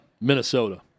Minnesota